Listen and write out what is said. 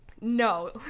No